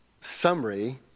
summary